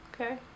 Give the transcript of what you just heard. Okay